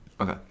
Okay